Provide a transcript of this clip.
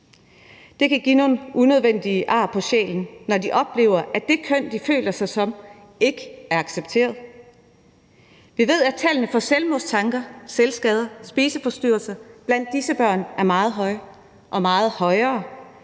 Det kan give nogle unødvendige ar på sjælen, når de oplever, at det køn, de føler sig som, ikke er accepteret. Vi ved, at tallene for selvmordstanker, selvskade og spiseforstyrrelser blandt disse børn er meget høje og meget højere